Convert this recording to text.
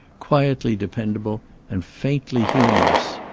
quietly dependable and faintly humorous.